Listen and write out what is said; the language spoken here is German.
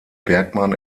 bergmann